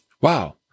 Wow